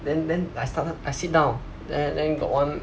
then then I started I sit down there then got one